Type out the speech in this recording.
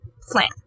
plan